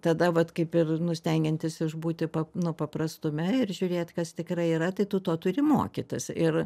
tada vat kaip ir nu stengiantis išbūti nu paprastume ir žiūrėt kas tikrai yra tai tu to turi mokytis ir